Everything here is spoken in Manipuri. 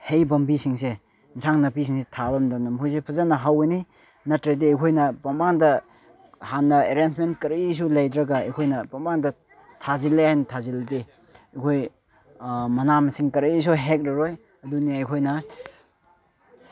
ꯍꯩ ꯄꯥꯝꯕꯤ ꯁꯤꯡꯁ ꯑꯦꯟꯁꯥꯡ ꯅꯥꯄꯤꯁꯤꯡꯁꯦ ꯊꯥꯕ ꯃꯇꯝꯗ ꯃꯈꯣꯏꯁꯦ ꯐꯖꯅ ꯍꯧꯒꯅꯤ ꯅꯠꯇ꯭ꯔꯗꯤ ꯑꯩꯈꯣꯏꯅ ꯄꯪꯄꯥꯟꯗ ꯍꯥꯟꯅ ꯑꯦꯔꯦꯟꯁꯃꯦꯟ ꯀꯔꯤꯁꯨ ꯂꯩꯇ꯭ꯔꯒ ꯑꯩꯈꯣꯏꯅ ꯄꯥꯡꯄꯥꯟꯗ ꯊꯥꯖꯤꯜꯂꯦ ꯍꯥꯏꯅ ꯊꯥꯖꯤꯜꯂꯗꯤ ꯑꯩꯈꯣꯏ ꯃꯅꯥ ꯃꯁꯤꯡ ꯀ꯭ꯔꯤꯁꯨ ꯍꯦꯛꯂꯔꯣꯏ ꯑꯗꯨꯅꯤ ꯑꯩꯈꯣꯏꯅ